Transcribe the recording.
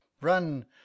Run